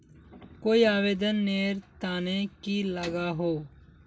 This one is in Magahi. कोई आवेदन नेर तने की लागोहो?